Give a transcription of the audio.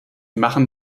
machen